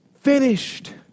finished